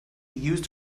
used